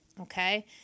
Okay